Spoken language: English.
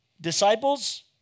disciples